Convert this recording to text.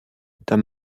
der